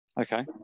Okay